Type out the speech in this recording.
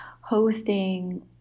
hosting